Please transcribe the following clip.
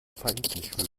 feind